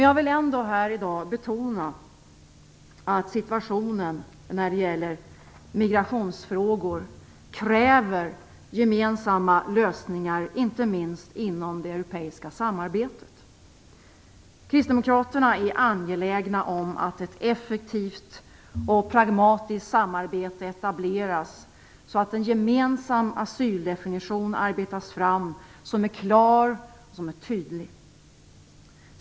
Jag vill ändå här i dag betona att situationen när det gäller migrationsfrågor kräver gemensamma lösningar, inte minst inom det europeiska samarbetet. Kristdemokraterna är angelägna om att ett effektivt och pragmatiskt samarbete etableras, så att en gemensam asyldefinition arbetas fram som är klar och tydlig.